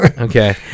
Okay